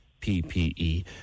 PPE